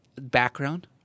background